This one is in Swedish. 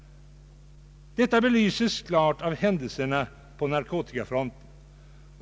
Detta belyses klart av händelserna på narkotikafronten.